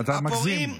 אתה מגזים.